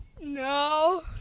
No